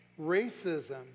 Racism